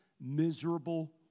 miserable